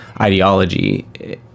ideology